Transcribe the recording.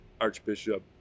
Archbishop